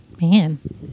Man